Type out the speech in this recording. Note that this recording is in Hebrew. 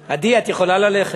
עדי, את יכולה ללכת.